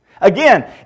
again